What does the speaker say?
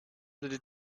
into